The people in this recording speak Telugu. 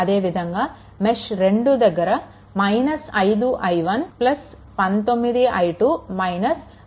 అదే విధంగా మెష్2 దగ్గర - 5i1 19i2 - 2i3 0